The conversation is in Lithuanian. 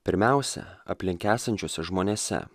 pirmiausia aplink esančiuose žmonėse